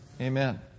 Amen